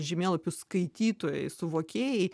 žemėlapių skaitytojai suvokėjai